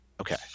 Okay